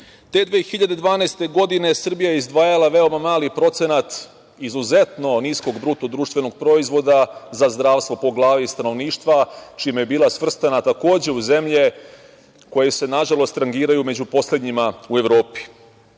Te 2012. godine, Srbija je izdvajala veoma mali procenat izuzetno niskog bruto društvenog proizvoda za zdravstvo po glavi stanovništva, čime je bila svrstana, takođe, u zemlje koje se nažalost rangiraju među poslednjima u